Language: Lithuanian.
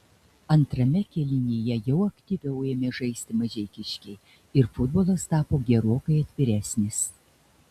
antrame kėlinyje jau aktyviau ėmė žaisti mažeikiškiai ir futbolas tapo gerokai atviresnis